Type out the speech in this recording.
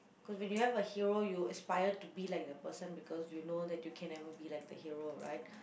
cause when you have a hero you aspire to be like the person because you know that you can never be like the hero right